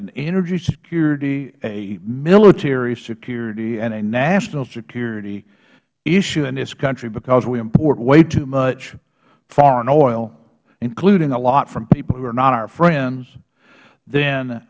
n energy security a military security and a national security issue in this country because we import way too much foreign oil including a lot from people who are not our friends th